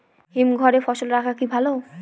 হিমঘরে ফসল রাখা কি ভালো?